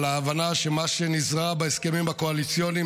על ההבנה שמה שנזרע בהסכמים הקואליציוניים